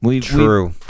True